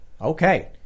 Okay